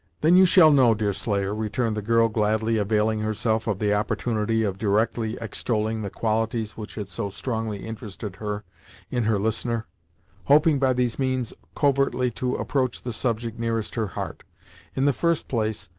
then you shall know, deerslayer, returned the girl, gladly availing herself of the opportunity of indirectly extolling the qualities which had so strongly interested her in her listener hoping by these means covertly to approach the subject nearest her heart in the first place,